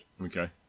Okay